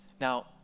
Now